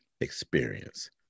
experience